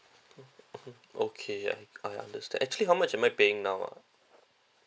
mmhmm mmhmm okay I understand actually how much am I paying now ah